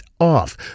off